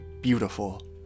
beautiful